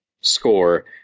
score